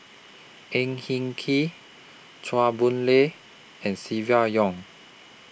Ang Hin Kee Chua Boon Lay and Silvia Yong